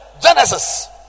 Genesis